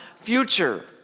future